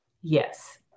Yes